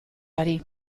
ari